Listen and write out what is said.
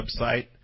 website